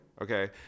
okay